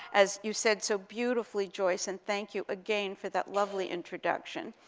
as you said so beautifully joyce, and thank you again for that lovely introduction.